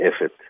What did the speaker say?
effort